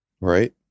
Right